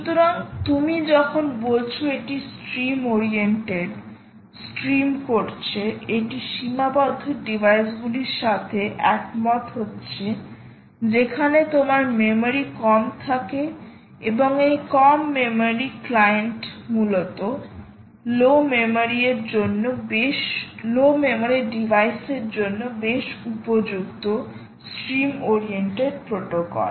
সুতরাং তুমি যখন বলছো এটি স্ট্রিম ওরিয়েন্টেড স্ট্রিম করছে এটি সীমাবদ্ধ ডিভাইসগুলির সাথে একমত হচ্ছে যেখানে তোমার মেমরি কম থাকে এবং এই কম মেমরি ক্লায়েন্ট মূলত লো মেমোরি ডিভাইস এর জন্য বেশ উপযুক্ত স্ট্রিম ওরিয়েন্টেড প্রোটোকল